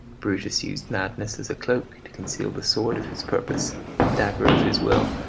brutus used madness as a cloak to conceal the sword of his purpose, the dagger of his will,